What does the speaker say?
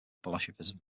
bolshevism